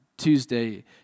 Tuesday